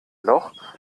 loch